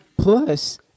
plus